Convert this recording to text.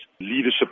leadership